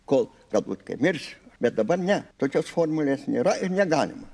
kol galbūt kai mirsiu bet dabar ne tokios formulės nėra ir negalima